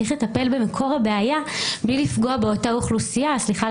צריך לטפל במקור הבעיה בלי לפגוע באותה אוכלוסייה סליחה על